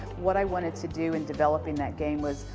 what i wanted to do in developing that game was,